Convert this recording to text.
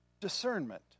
discernment